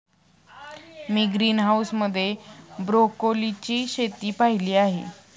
मी greenhouse मध्ये ब्रोकोलीची शेती पाहीली आहे